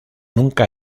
nunca